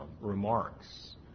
remarks